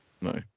No